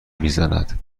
میزند